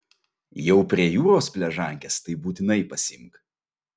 jau prie jūros pležankes tai būtinai pasiimk